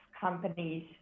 companies